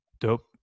Dope